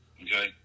okay